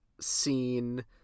scene